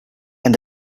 and